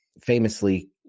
famously